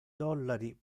dollari